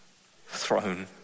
throne